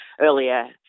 earlier